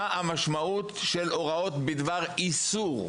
מה המשמעות של הוראות בדבר איסור,